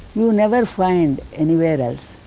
you never find anywhere else.